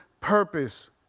purpose